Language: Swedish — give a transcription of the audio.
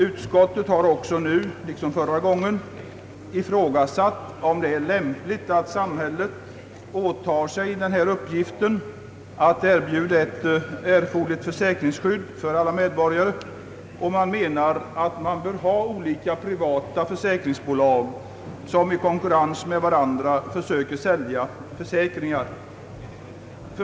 Utskottet har också 'nu liksom förra gången ifrågasatt om det är lämpligt att samhället åtar sig uppgiften att erbjuda ett erforderligt försäkringsskydd för alla medborgare. Man menar att man har olika privata försäkringsbolag som i konkurrens med varandra försöker sälja försäkringar.